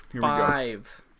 five